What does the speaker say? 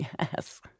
Yes